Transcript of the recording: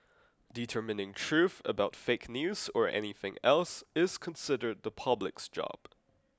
determining truth about fake news or anything else is considered the public's job